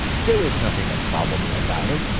there was nothing improbable about it.